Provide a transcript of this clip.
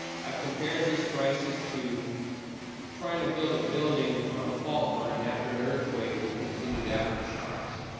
i've compared this crisis to trying to build a building on a fault line after an earthquake with continued aftershocks